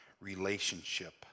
relationship